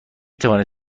توانید